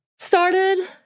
started